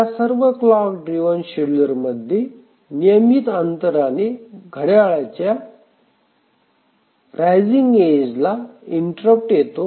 ह्या सर्व clock driven scheduler मध्ये नियमित अंतराने घड्याळाच्या रायझिंग एज ला इंटरप्ट येतो